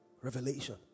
revelation